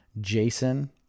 jason